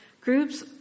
groups